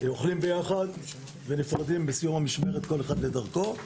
אוכלים ביחד ונפרדים בסיום המשמרת כל אחד לדרכו.